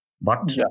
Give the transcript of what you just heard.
But-